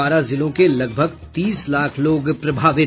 बारह जिलों के लगभग तीस लाख लोग प्रभावित